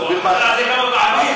הוא חזר על זה כמה פעמים.